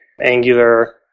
Angular